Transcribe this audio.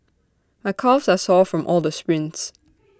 my calves are sore from all the sprints